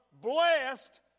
blessed